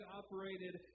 operated